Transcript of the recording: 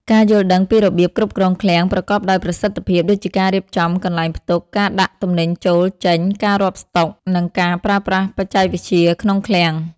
ការយល់ដឹងពីរបៀបគ្រប់គ្រងឃ្លាំងប្រកបដោយប្រសិទ្ធភាព ដូចជាការរៀបចំកន្លែងផ្ទុក ការដាក់ទំនិញចូល-ចេញ ការរាប់ស្តុក និងការប្រើប្រាស់បច្ចេកវិទ្យាក្នុងឃ្លាំង។